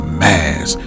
mass